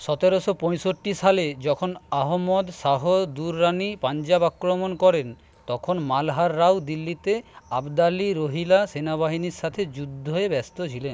সতেরোশো পঁয়ষট্টি সালে যখন আহমদ শাহ দুররানি পাঞ্জাব আক্রমণ করেন তখন মালহার রাও দিল্লিতে আবদালি রোহিলা সেনাবাহিনীর সাথে যুদ্ধয় ব্যস্ত ছিলেন